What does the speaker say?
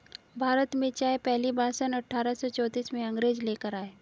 भारत में चाय पहली बार सन अठारह सौ चौतीस में अंग्रेज लेकर आए